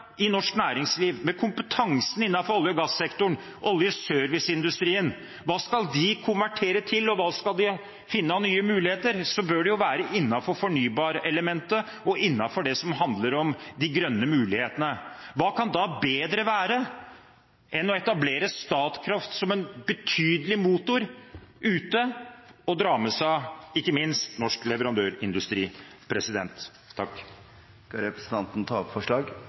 i norsk næringsliv, kompetansen innenfor olje- og gassektoren, oljeserviceindustrien, hva skal de konvertere til, og hva skal de finne av nye muligheter? Det bør jo være innenfor fornybarelementet og innenfor det som handler om de grønne mulighetene. Hva kan da være bedre enn å etablere Statkraft som en betydelig motor ute, som ikke minst kan dra med seg norsk leverandørindustri? Jeg tar til slutt opp de forslagene som Arbeiderpartiet er medforslagsstiller på, med unntak av ett forslag.